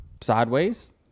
sideways